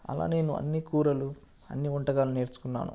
అలా నేను అన్నీ కూరలు అన్నీ వంటకాలు నేర్చుకున్నాను